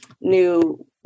new